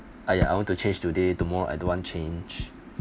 !aiya! I want to change today tomorrow I don't want change